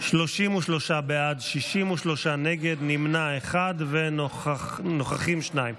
33 בעד, 63 נגד, נמנע אחד ונוכחים, שניים.